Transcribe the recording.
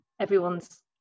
everyone's